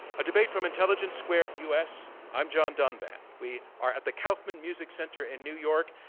a debate from intelligence squared u. s, i'm john donvan. we are at the kaufman music center in new york,